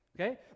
Okay